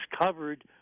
covered